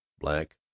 black